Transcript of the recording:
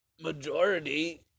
majority